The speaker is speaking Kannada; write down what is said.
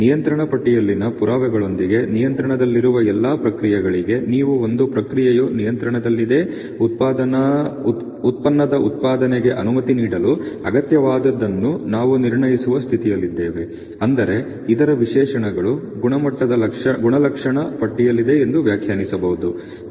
ನಿಯಂತ್ರಣ ಪಟ್ಟಿಯಲ್ಲಿನ ಪುರಾವೆಗಳೊಂದಿಗೆ ನಿಯಂತ್ರಣದಲ್ಲಿರುವ ಎಲ್ಲಾ ಪ್ರಕ್ರಿಯೆಗಳಿಗೆ ನೀವು ಒಂದು ಪ್ರಕ್ರಿಯೆಯು ನಿಯಂತ್ರಣದಲ್ಲಿದೆ ಉತ್ಪನ್ನದ ಉತ್ಪಾದನೆಗೆ ಅನುಮತಿ ನೀಡಲು ಅಗತ್ಯವಾದದ್ದನ್ನು ನಾವು ನಿರ್ಣಯಿಸುವ ಸ್ಥಿತಿಯಲ್ಲಿದ್ದೇವೆ ಅಂದರೆ ಇದರ ವಿಶೇಷಣಗಳು ಗುಣಮಟ್ಟದ ಗುಣಲಕ್ಷಣ ಪಟ್ಟಿಯಲ್ಲಿದೆ ಎಂದು ವ್ಯಾಖ್ಯಾನಿಸಬಹುದು